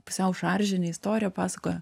pusiau šaržinę istoriją pasakojo